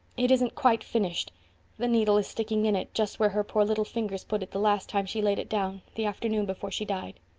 it isn't quite finished the needle is sticking in it just where her poor little fingers put it the last time she laid it down, the afternoon before she died.